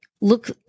look